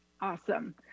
Awesome